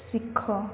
ଶିଖ